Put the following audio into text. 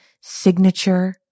signature